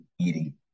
eating